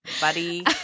Buddy